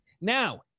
now